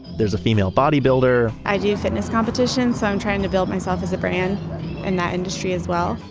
there's a female bodybuilder i do fitness competitions, so i'm trying to build myself as a brand in that industry as well.